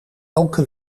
elke